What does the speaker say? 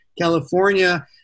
California